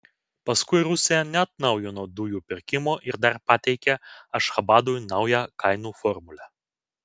paskui rusija neatnaujino dujų pirkimo ir dar pateikė ašchabadui naują kainų formulę